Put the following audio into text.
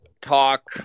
talk